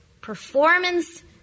performance